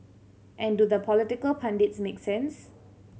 and do the political pundits make sense